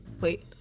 Wait